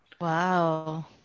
Wow